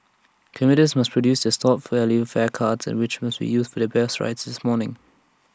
commuters must produce their stored value fare cards and which was used for their bus rides this morning